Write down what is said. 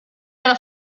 della